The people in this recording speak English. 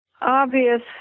obvious